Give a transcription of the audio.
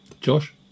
Josh